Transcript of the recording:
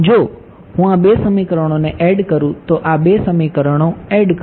જો હું આ બે સમીકરણોને એડ કરું તો આ બે સમીકરણો એડ કરો